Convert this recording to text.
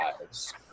lives